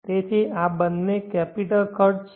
તેથી આ બંને કેપિટલ ખર્ચ છે